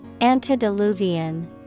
Antediluvian